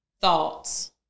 thoughts